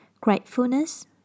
gratefulness